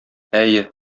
әйе